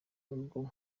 n’urwo